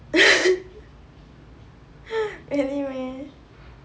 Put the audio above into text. anyway